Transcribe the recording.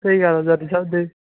ठीक ऐ दर्जी साहब जी